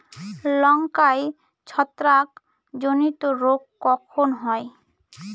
লঙ্কায় ছত্রাক জনিত রোগ কখন হয়?